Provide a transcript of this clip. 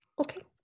Okay